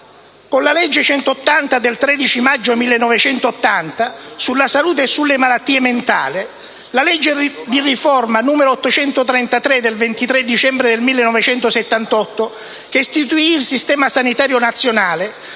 con la legge n. 180 del 13 maggio 1980 (sulla salute e sulle malattie mentali), la legge di riforma n. 833 del 23 dicembre 1978, che istituì il Servizio sanitario nazionale,